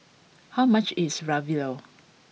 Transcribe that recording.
how much is Ravioli